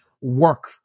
work